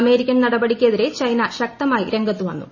American നടപടിക്ക് എതിരെ China ശക്തമായി രംഗത്തു വന്നു